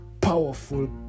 powerful